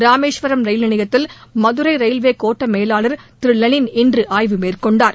Rameswaram rail நிலையத்தில் Madurai railway கோட்ட மேலாளர் திரு லெனின் இன்று ஆய்வு மேற்கொண்டார்